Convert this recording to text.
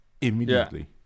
immediately